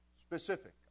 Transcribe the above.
specific